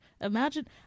Imagine